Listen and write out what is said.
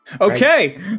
Okay